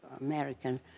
American